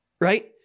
right